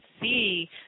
see